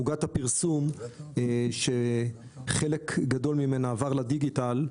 עוגת הפרסום שחלק גדול ממנה עבר לדיגיטל,